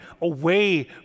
away